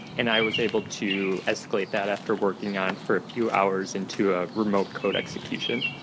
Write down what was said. and i was able to escalate that after working on for a few hours into a remote code execution.